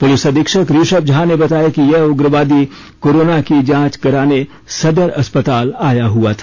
police अधीक्षक ऋषभ झा ने बताया कि यह उग्रवादी कोरोना की जांच कराने सदर अस्पताल आया हआ था